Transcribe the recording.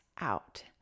out